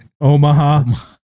Omaha